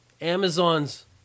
Amazon's